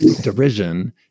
derision